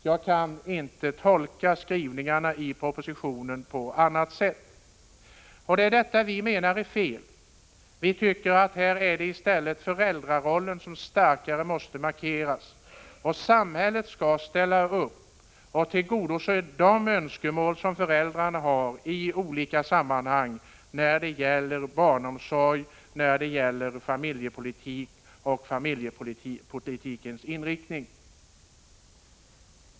Jag kan inte tolka skrivningarna i propositionen på annat sätt. Det är detta som vi menar är fel. Vi tycker att det i stället är föräldrarollen som måste markeras starkare. Samhället skall ställa upp och tillgodose de önskemål som föräldrarna har i olika sammanhang när det gäller barnomsorgen och familjepolitikens inriktning.